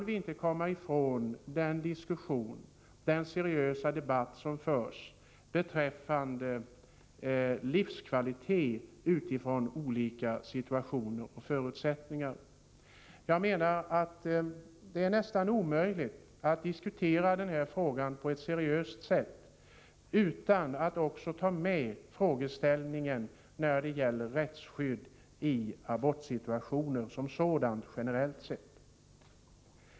Vi kan inte i detta sammanhang komma ifrån den seriösa debatt som förs beträffande livskvalitet utifrån olika situationer och förutsättningar. Det är nästan omöjligt att seriöst diskutera den här frågan utan att också ta med frågan om rättsskydd i abortssituationer generellt sett.